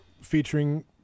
featuring